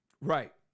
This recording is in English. Right